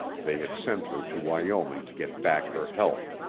they had sent her to wyoming to get back her health!